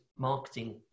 marketing